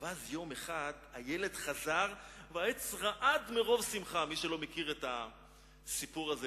ואז יום אחד הילד חזר והעץ רעד מרוב שמחה" מי שלא מכיר את הסיפור הזה,